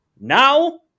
Now